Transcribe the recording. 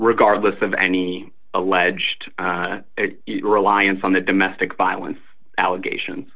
regardless of any alleged reliance on the domestic violence allegations